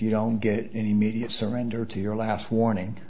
you don't get any immediate surrender to your last warning